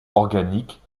organiques